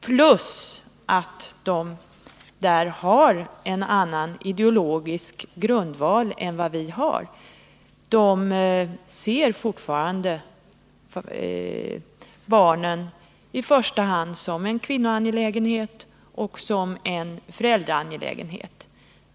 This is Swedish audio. Dessutom har de en annan ideologisk grundsyn än den vi har. De ser fortfarande barnen i första hand som en kvinnoangelägenhet och som en föräldraangelägenhet.